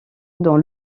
dans